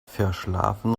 verschlafen